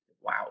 wow